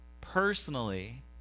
personally